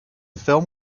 film